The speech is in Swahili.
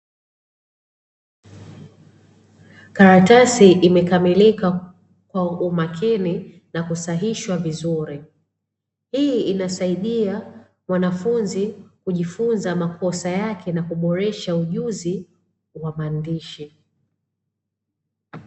Karatasi imekamilika kwa umakini na kusahihishwa vizuri. Hii inasaidia mwanafunzi kujifunza makosa yake na kuboresha ujuzi wa maandishi.